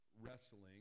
wrestling